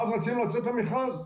ואז רצינו לצאת למכרז,